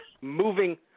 moving